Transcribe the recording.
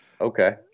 okay